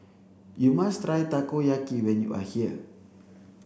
you must try Takoyaki when you are here